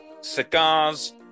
cigars